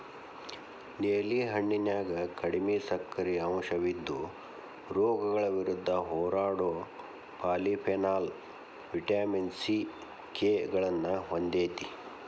ನೇಲಿ ಹಣ್ಣಿನ್ಯಾಗ ಕಡಿಮಿ ಸಕ್ಕರಿ ಅಂಶವಿದ್ದು, ರೋಗಗಳ ವಿರುದ್ಧ ಹೋರಾಡೋ ಪಾಲಿಫೆನಾಲ್, ವಿಟಮಿನ್ ಸಿ, ಕೆ ಗಳನ್ನ ಹೊಂದೇತಿ